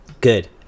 Good